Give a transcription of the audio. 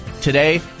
today